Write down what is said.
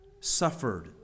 suffered